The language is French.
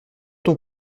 ton